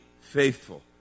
faithful